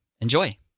enjoy